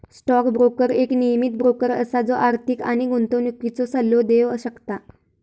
stock broker एक नियमीत broker असा जो आर्थिक आणि गुंतवणुकीचो सल्लो देव शकता